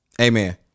Amen